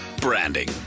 branding